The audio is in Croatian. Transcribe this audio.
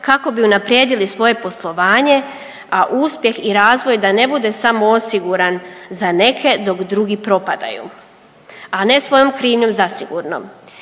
kako bi unaprijedili svoje poslovanje, a u uspjeh i razvoj da ne bude samo osiguran za neke dok drugi propadaju, a ne svojom krivnjom zasigurno.